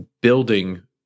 building